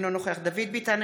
אינו נוכח דוד ביטן,